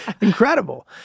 incredible